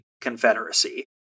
Confederacy